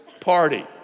party